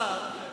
השר,